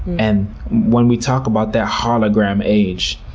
and when we talk about that hologram age,